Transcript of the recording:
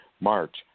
march